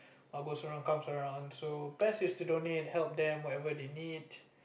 are goes round best is to donate help them whatever they need